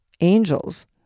angels